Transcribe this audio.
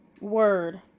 word